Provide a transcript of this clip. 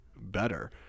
better